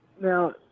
Now